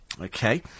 Okay